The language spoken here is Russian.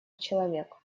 человек